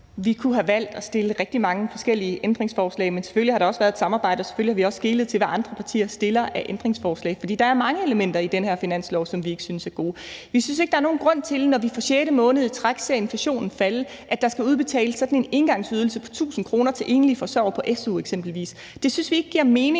Vi kunne have valgt at stille rigtig mange forskellige ændringsforslag, men selvfølgelig har der også været et samarbejde, og selvfølgelig har vi også skelet til, hvad andre partier stiller af ændringsforslag. For der er mange elementer i det her finanslovsforslag, som vi ikke synes er gode. Vi synes ikke, der er nogen grund til, at der, når vi for sjette måned i træk ser inflationen falde, eksempelvis skal udbetales sådan en engangsydelse på 1.000 kr. til enlige forsørgere på su. Det synes vi ikke giver mening